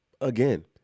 Again